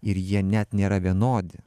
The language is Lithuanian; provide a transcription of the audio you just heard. ir jie net nėra vienodi